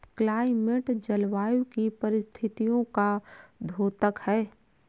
climate जलवायु की परिस्थितियों का द्योतक है